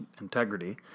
integrity